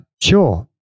Sure